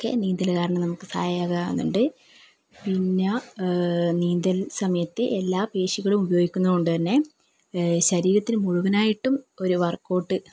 ഒക്കെ നീന്തലു കാരണം നമുക്ക് സഹായകമാകുന്നുണ്ട് പിന്നെ നീന്തൽ സമയത്ത് എല്ലാ പേശികളും ഉപയോഗിക്കുന്നത് കൊണ്ടു തന്നെ ശരീരത്തിന് മുഴുവനായിട്ടും ഒരു വർക്ക് ഔട്ട്